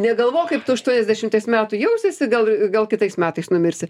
negalvok kaip tu aštuoniasdešimties metų jausiesi gal gal kitais metais numirsi